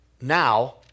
now